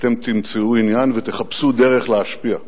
אתם תמצאו עניין ותחפשו דרך להשפיע,